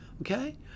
okay